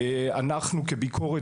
אנחנו כביקורת,